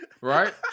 right